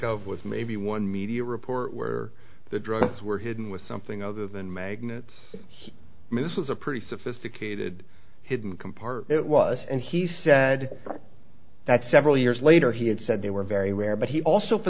of was maybe one media report where the drugs were hidden with something other than magnets he misses a pretty sophisticated hidden kampar it was and he said that several years later he had said they were very rare but he also for